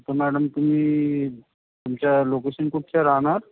तर मॅडम तुम्ही तुमच्या लोकेशन कुठच्या राहणार